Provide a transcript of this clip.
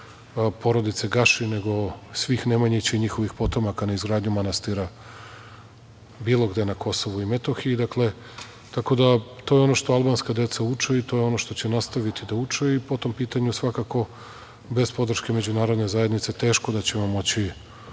porodice Gašin nego svih Nemanjića, i njihovih potomaka na izgradnji manastira bilo gde na Kosovu i Metohiji, dakle, tako da, to je ono što Albanska deca uče i to je ono što će nastaviti da uče, i po tom pitanju svakako bez podrške međunarodne zajednice teško da ćemo moći